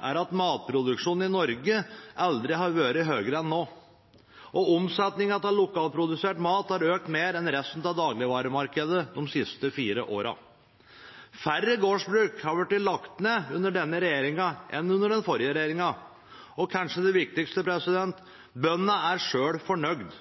er at matproduksjonen i Norge aldri har vært høyere enn nå, og omsetningen av lokalprodusert mat har økt mer enn resten av dagligvaremarkedet de siste fire årene. Færre gårdsbruk har blitt lagt ned under denne regjeringen enn under den forrige regjeringen, og kanskje det viktigste: Bøndene er selv fornøyde.